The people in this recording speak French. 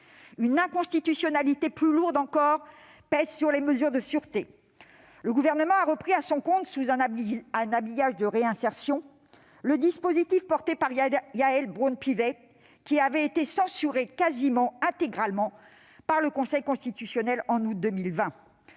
Une inconstitutionnalité plus lourde encore pèse sur les mesures de sûreté : le Gouvernement a repris à son compte, sous un habillage de réinsertion, le dispositif porté par Yaël Braun-Pivet, lequel avait été censuré presque intégralement par le Conseil constitutionnel en août 2020.